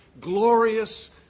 glorious